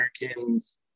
Americans